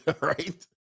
Right